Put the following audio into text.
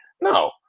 no